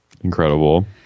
Incredible